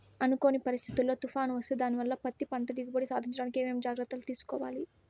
అనుకోని పరిస్థితుల్లో తుఫాను వస్తే దానివల్ల పత్తి పంట దిగుబడి సాధించడానికి ఏమేమి జాగ్రత్తలు తీసుకోవాలి?